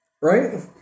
Right